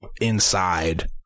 inside